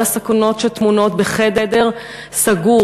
על הסכנות שטמונות בחדר סגור.